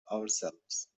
ourselves